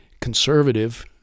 conservative